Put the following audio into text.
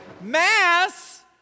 mass